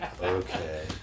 okay